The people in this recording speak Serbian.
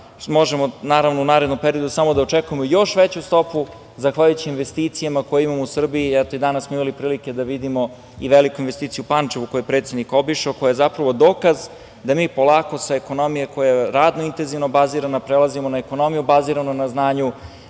stopa rasta.U narednom periodu možemo da očekujemo samo još veću stopu zahvaljujući investicijama koje imamo u Srbiji, eto i danas smo imali prilike da vidimo i veliku investiciju u Pančevu koju je predsednik obišao, koja je dokaz da mi polako sa ekonomije koja je radno intenzivno bazirana, prelazimo na ekonomiju baziranu na znanju